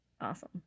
Awesome